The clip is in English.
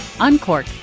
uncork